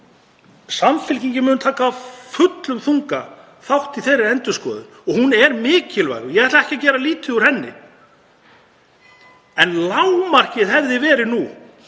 Samfylkingin mun taka af fullum þunga þátt í þeirri endurskoðun og hún er mikilvæg og ég ætla ekki að gera lítið úr henni. En lágmarkið hefði verið að